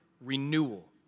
renewal